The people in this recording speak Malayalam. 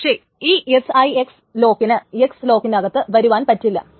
പക്ഷേ ഈ SIX ലോക്കിന് X ലോക്കിനകത്ത് വരുവാൻ പറ്റുകയില്ല